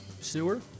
sewer